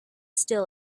still